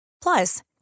Plus